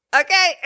Okay